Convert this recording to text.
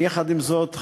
יחד עם זאת,